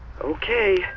Okay